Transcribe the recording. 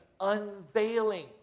unveiling